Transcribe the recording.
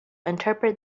interpret